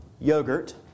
yogurt